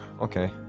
Okay